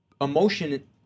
emotion